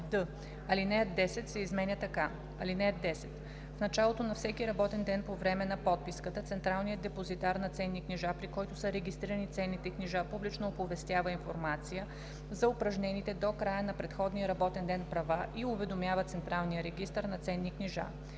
алинея 1 се изменя така: